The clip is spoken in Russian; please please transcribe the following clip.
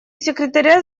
секретаря